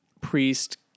Priest